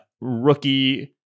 rookie